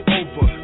over